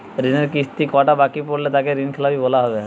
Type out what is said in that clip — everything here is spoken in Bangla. ঋণের কিস্তি কটা বাকি পড়লে তাকে ঋণখেলাপি বলা হবে?